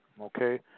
okay